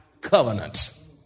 covenant